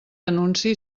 anunci